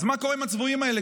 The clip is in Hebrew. אז מה קורה עם הצבועים האלה?